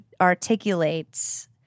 articulates